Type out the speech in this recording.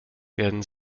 werden